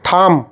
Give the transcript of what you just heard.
থাম